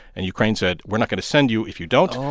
and ukraine said, we're not going to send you if you don't. oh.